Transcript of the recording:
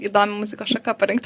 įdomi muzikos šaka parinkta